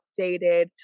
updated